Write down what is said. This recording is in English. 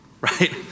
right